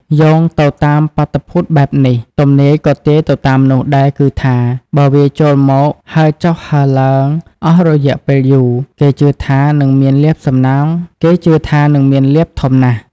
យោលទៅតាមបាតុភូតបែបនេះ ទំនាយក៏ទាយទៅតាមនោះដែរគឺថា បើវាចូលមកហើរចុះ ហើរឡើងអស់រយៈពេលយូរ គេជឿថានិងមានលាភធំណាស់។